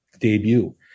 debut